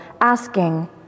asking